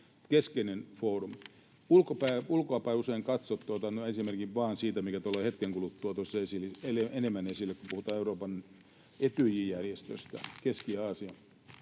Keskeinen foorumi. Ulkoapäin usein katsottuna... Otan nyt esimerkin vain siitä, mikä tulee hetken kuluttua tuossa enemmän esille, kun puhutaan Etyj-järjestöstä, Keski-Aasian,